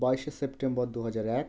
বাইশে সেপ্টেম্বর দু হাজার এক